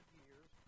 years